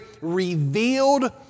revealed